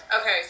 okay